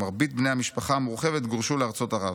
ומרבית בני המשפחה המורחבת גורשו לארצות ערב.